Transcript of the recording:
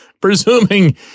presuming